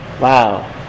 wow